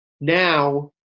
Now